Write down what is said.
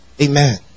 Amen